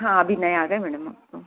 हाँ अभी नये आ गए मैडम अब तो